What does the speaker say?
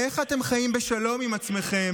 איך אתם חיים בשלום עם עצמכם?